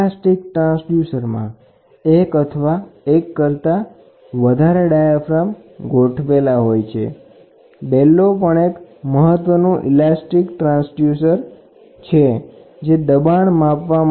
તો ઇલાસ્ટિક ટ્રાન્સડ્યુસરમાં એક અથવા એક કરતાં વધારે ડાયાફાર્મ ગોઠવેલા હોય છે બેલોસએ મહત્વના ઇલાસ્ટિક ટ્રાન્સડ્યુસર છે જેનો ઉપયોગ દબાણ માપવા થાય છે